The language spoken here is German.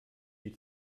die